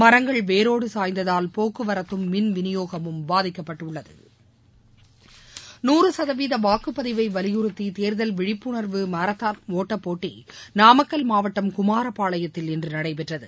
மரங்கள் வேரோடு சாய்ந்ததால் போக்குவரத்தும் மிள் விநியோகமும் பாதிக்கப்பட்டுள்ளது நூறு சதவீத வாக்குப்பதிவை வலியுறுத்தி தேர்தல் விழிப்புனர்வு மாரத்த்தான் ஒட்டப்போட்டி நாமக்கல் மாவட்டம் குமாரப்பாளையத்தில் இன்று நடைபெற்றது